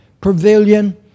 pavilion